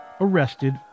arrested